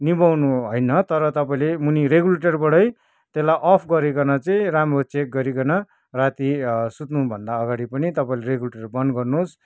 निभाउनु होइन तर तपाईँले मुनि रेगुलेटरबाटै त्यसलाई अफ गरिकन चाहिँ राम्रो चेक गरिकन राति सुत्नु भन्दा अगाडि पनि तपाईँले रेगुलेटर बन्द गर्नुहोस्